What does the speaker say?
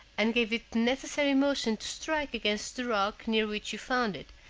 and gave it the necessary motion to strike against the rocks near which you found it,